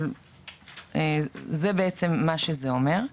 אבל זה בעצם מה שזה אומר.